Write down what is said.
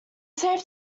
save